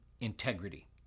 integrity